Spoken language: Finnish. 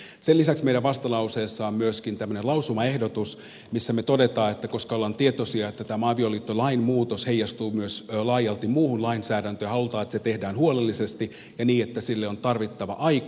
sen lisäksi meidän vastalauseessamme on myöskin tämmöinen lausumaehdotus jossa me toteamme että koska olemme tietoisia siitä että tämä avioliittolain muutos heijastuu myös laajalti muuhun lainsäädäntöön haluamme että se tehdään huolellisesti ja niin että sille on tarvittava aika